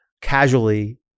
casually